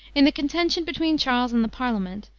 in the contention between charles and the parliament,